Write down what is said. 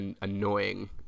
annoying